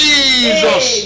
Jesus